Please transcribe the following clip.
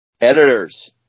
Editors